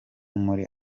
muri